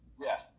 Yes